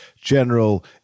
general